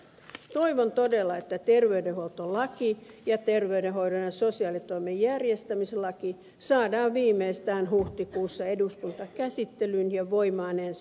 toivon todella että terveydenhuoltolaki ja terveydenhoidon ja sosiaalitoimen järjestämislaki saadaan viimeistään huhtikuussa eduskuntakäsittelyyn ja voimaan ensi vuoden alusta